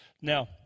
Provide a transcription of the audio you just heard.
Now